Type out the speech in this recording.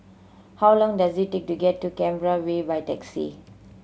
how long does it take to get to Canberra Way by taxi